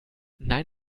nein